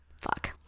Fuck